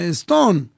stone